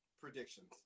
predictions